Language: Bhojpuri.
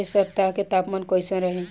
एह सप्ताह के तापमान कईसन रही?